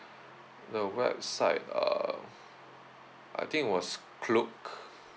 the website uh I think it was Klook